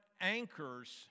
anchors